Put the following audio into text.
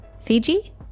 Fiji